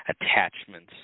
attachments